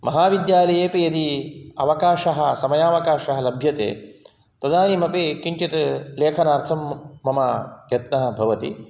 महाविद्यालयेपि यदि अवकाशः समयावकाशः लभ्यते तदानीमपि किञ्चित् लेखनार्थं मम यत्नः भवति